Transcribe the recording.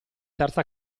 terza